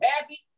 happy